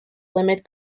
limit